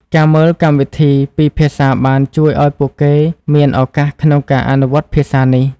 ការមើលកម្មវិធីពីរភាសាបានជួយឱ្យពួកគេមានឱកាសក្នុងការអនុវត្តភាសានេះ។